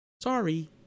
Sorry